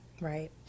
Right